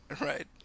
Right